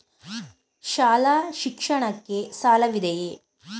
ಶಾಲಾ ಶಿಕ್ಷಣಕ್ಕೆ ಸಾಲವಿದೆಯೇ?